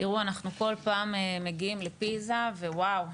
אנחנו כל פעם מגיעים לפיזה וואו,